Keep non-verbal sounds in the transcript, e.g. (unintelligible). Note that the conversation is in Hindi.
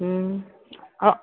(unintelligible)